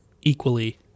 equally